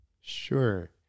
Sure